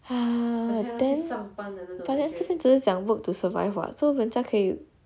err then but then 这边只是讲 work to survive [what] so 人家可以